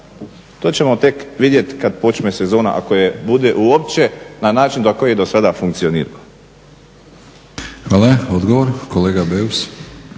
to ćemo tek vidjeti kada počne sezona ako je bude uopće na način na koji je do sada funkcionirala.